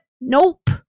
nope